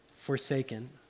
forsaken